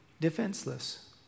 defenseless